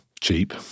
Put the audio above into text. cheap